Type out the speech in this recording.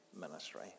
ministry